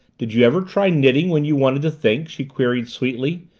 did you ever try knitting when you wanted to think? she queried sweetly,